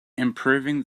improving